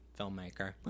filmmaker